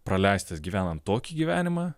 praleistas gyvenan tokį gyvenimą